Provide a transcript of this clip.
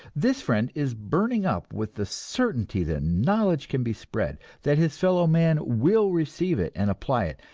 this friend is burning up with the certainty that knowledge can be spread, that his fellow men will receive it and apply it,